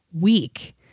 week